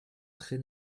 trés